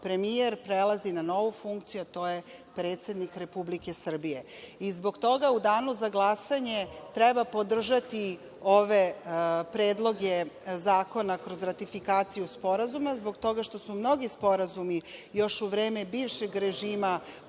premijer prelazi na novu funkciju, a to je predsednik Republike Srbije. Zbog toga u danu za glasanje treba podržati ove predloge zakona kroz ratifikaciju sporazuma, jer su mnogi sporazumi u vreme bivšeg režima